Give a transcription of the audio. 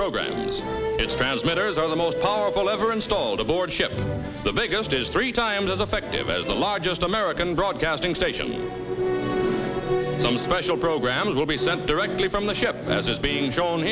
program its transmitters are the most powerful ever installed aboard ship the biggest is three times as effective as the largest american broadcasting station some special programs will be sent directly from the ship that is being shown